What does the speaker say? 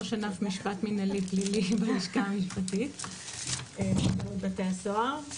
ראש ענף משפט מינהלי פלילי בלשכה המשפטית של שירות בתי הסוהר.